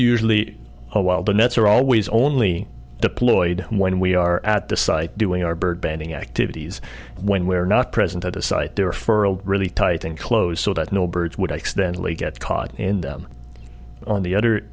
usually while the nets are always only deployed when we are at the site doing our bird banding activities when we're not present at a site there for a really tight in close so that no birds would accidentally get caught in them on the other